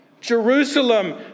Jerusalem